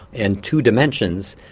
and two dimensions,